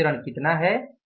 तो यहाँ विचरण कितना है